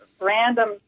random